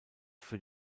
für